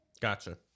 Gotcha